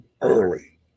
early